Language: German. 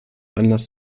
anlass